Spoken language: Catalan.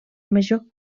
major